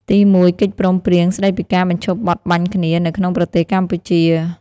ទីមួយ កិច្ចព្រមព្រៀង ស្តីពីការបញ្ឈប់បទបាញ់គ្នា នៅក្នុងប្រទេសកម្ពុជា។